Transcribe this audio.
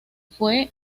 fue